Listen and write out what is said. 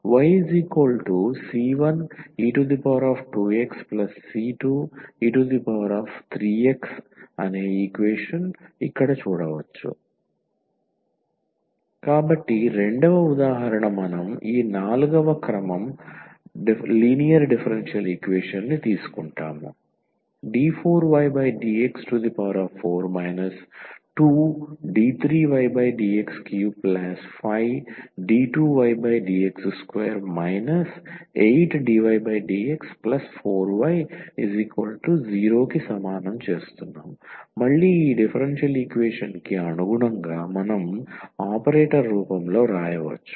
yc1e2xc2e3x కాబట్టి 2 వ ఉదాహరణ మనం ఈ నాల్గవ క్రమం లీనియర్ డిఫరెన్షియల్ ఈక్వేషన్ ని తీసుకుంటాము d4ydx4 2d3ydx35d2ydx2 8dydx4y0 మళ్ళీ ఈ డిఫరెన్షియల్ ఈక్వేషన్ కి అనుగుణంగా మనం ఆపరేటర్ రూపంలో వ్రాయవచ్చు